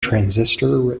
transistor